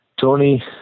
Tony